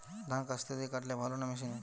ধান কাস্তে দিয়ে কাটলে ভালো না মেশিনে?